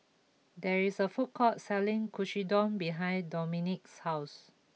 there is a food court selling Katsudon behind Dominik's house